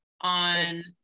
on